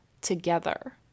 together